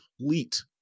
complete